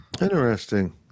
Interesting